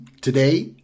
Today